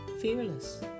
fearless